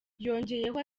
yongera